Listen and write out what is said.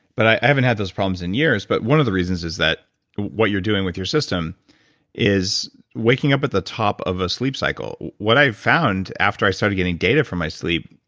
but i haven't had those problems in years, but one of the reasons is that what you're doing with your system is waking up at the top of a sleep cycle. what i found after i started getting data from my sleep.